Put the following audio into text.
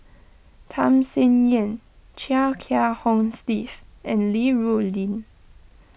Tham Sien Yen Chia Kiah Hong Steve and Li Rulin